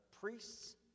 priests